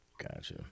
Gotcha